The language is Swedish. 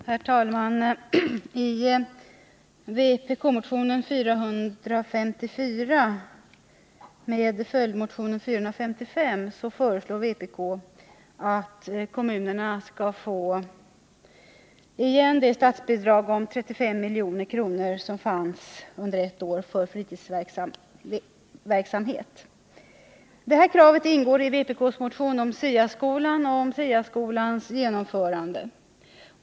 Herr talman! I vpk-motionen 454 med följdmotionen 455 föreslår vi att kommunerna skall få igen det statsbidrag på 35 milj.kr. som under ett år fanns för fritidsverksamhet. Detta krav ingår i vpk:s motion om SIA-skolan och dess genomförande.